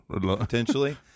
potentially